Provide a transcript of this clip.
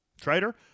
Trader